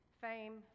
fame